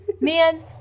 man